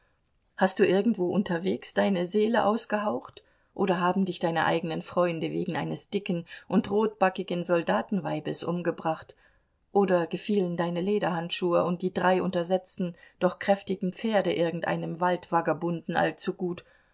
hast du irgendwo unterwegs deine seele ausgehaucht oder haben dich deine eigenen freunde wegen eines dicken und rotbackigen soldatenweibes umgebracht oder gefielen deine lederhandschuhe und die drei untersetzten doch kräftigen pferde irgendeinem waldvagabunden allzu gut